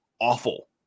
awful